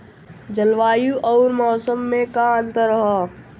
जलवायु अउर मौसम में का अंतर ह?